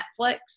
Netflix